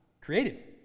created